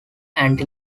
anti